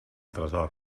tresor